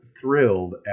thrilled